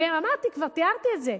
אמרתי כבר, תיארתי את זה.